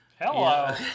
Hello